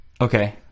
Okay